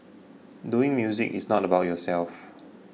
doing music is not about yourself